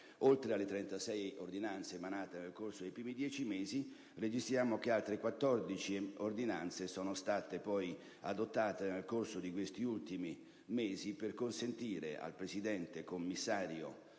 oltre alle 36 ordinanze emanate nel corso dei primi 10 mesi, registriamo che altre 14 ordinanze sono state poi adottate nel corso degli ultimi mesi per consentire al presidente Commissario